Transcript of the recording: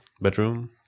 bedroom